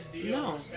No